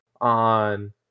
on